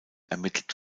ermittelt